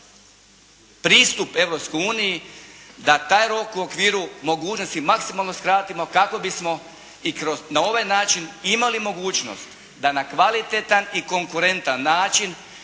uniji da taj rok u okviru mogućnosti maksimalno skratimo kako bismo i na ovaj način imali mogućnost da na kvalitetan i konkurentan način